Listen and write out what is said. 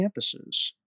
campuses